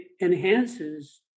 enhances